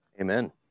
amen